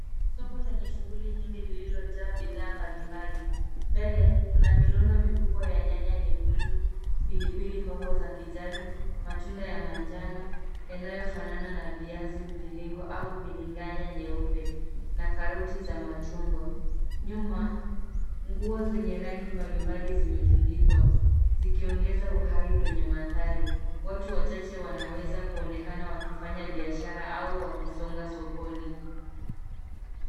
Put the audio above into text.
Soko lenye shughuli nyingi lililojaa bidhaa mbalimbali. Mbele kuna miondo mikubwa ya nyanya nyekundu, pilipili hoho za kijani, matunda ya manjano yanayofanana na viazi mviringo au biringanya nyeupe na karoti za machungwa. Nyuma, nguo zenye rangi mbalimbali zimetundikwa zikiongeza uhai kwenye mandhari. Watu wachache wanaweza kuonekana wakifanya biashara au wakisonga sokoni.